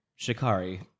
shikari